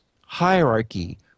hierarchy